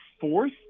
fourth